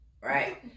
right